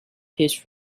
his